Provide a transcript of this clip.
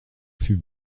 fut